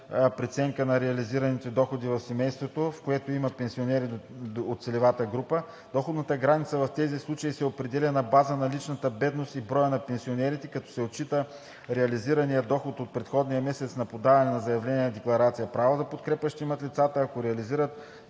преценка на реализираните доходи в семейството, в което има пенсионери от целевата група; - Доходната граница в тези случаи се определя на базата на линията на бедност и броя на пенсионерите, като се отчита реализираният доход от предходния месец на подаване на заявление-декларация. Право на подкрепа ще имат лицата, ако реализираният